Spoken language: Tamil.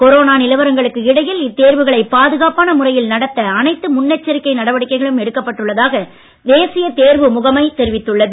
கொரோனா நிலவரங்களுக்கு இடையில் இத்தேர்வுகளை பாதுகாப்பான முறையில் நடத்த அனைத்து முன் எச்சரிக்கை நடவடிக்கைகளும் எடுக்கப்பட்டுள்ளதாக தேசிய தேர்வு முகமை தெரிவித்துள்ளது